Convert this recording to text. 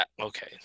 Okay